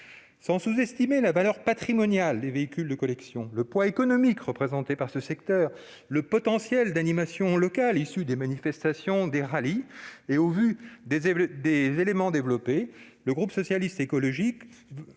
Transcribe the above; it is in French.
Sans sous-estimer la valeur patrimoniale des véhicules de collection, le poids économique représenté par ce secteur, le potentiel d'animation locale que représentent les manifestations et les rallyes, mais au vu des éléments développés, le groupe Socialiste, Écologiste